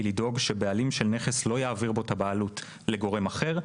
היא לדאוג שבעלים של נכס לא יעביר עליו את הבעלות לגורם אחר,